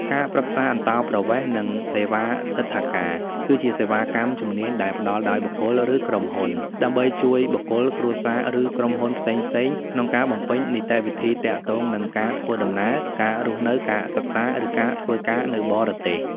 ការប្រឹក្សាអន្តោប្រវេសន៍ និង សេវាទិដ្ឋាការ គឺជាសេវាកម្មជំនាញដែលផ្តល់ដោយបុគ្គល ឬក្រុមហ៊ុន ដើម្បីជួយបុគ្គល គ្រួសារ ឬក្រុមហ៊ុនផ្សេងៗក្នុងការបំពេញនីតិវិធីទាក់ទងនឹងការធ្វើដំណើរ ការរស់នៅ ការសិក្សា ឬការធ្វើការនៅបរទេស។